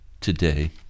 today